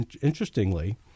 Interestingly